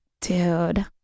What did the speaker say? dude